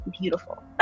beautiful